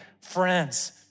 friends